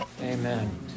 Amen